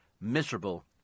Miserable